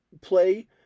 play